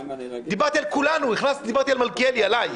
דיברתי על כולנו, דיברתי על מלכיאלי - עלי.